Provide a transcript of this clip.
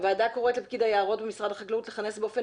הוועדה קוראת לפקיד היערות במשרד החקלאות לכנס באופן